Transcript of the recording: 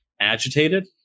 agitated